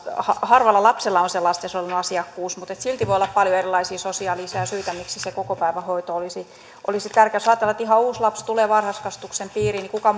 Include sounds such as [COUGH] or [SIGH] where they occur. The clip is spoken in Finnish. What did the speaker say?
harvalla lapsella on se lastensuojelun asiakkuus mutta silti voi olla paljon erilaisia sosiaalisia syitä miksi se kokopäivähoito olisi tärkeä jos ajatellaan että ihan uusi lapsi tulee varhaiskasvatuksen piiriin niin kuka [UNINTELLIGIBLE]